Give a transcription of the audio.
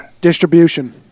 distribution